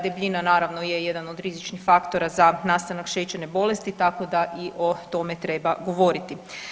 Debljina naravno je jedan od rizičnih faktora za nastanak šećerne bolesti, tako da i o tome treba govoriti.